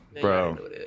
bro